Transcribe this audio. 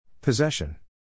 Possession